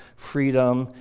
freedom,